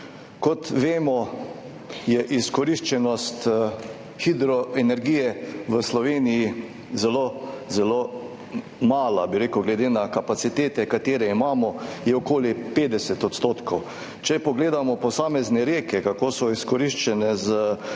Kot vemo, je izkoriščenost hidroenergije v Sloveniji zelo, zelo mala, glede na kapacitete, ki jih imamo, okoli 50 %. Če pogledamo posamezne reke, kako so izkoriščene s